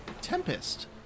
Tempest